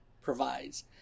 provides